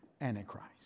Antichrist